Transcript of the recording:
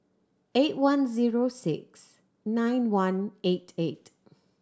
eight one zero six nine one eight eight